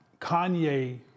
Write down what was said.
Kanye